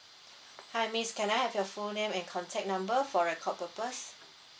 hi miss can I have your full name and contact number for record purpose